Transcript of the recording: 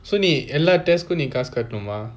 so நீ எல்லா:nee ella test நீ காசு கெட்டனுமஅ:nee kaasu kettanuma